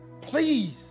Please